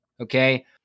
okay